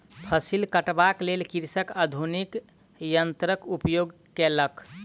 फसिल कटबाक लेल कृषक आधुनिक यन्त्रक उपयोग केलक